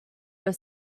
your